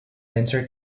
inter